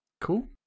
Cool